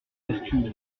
vertu